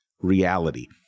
reality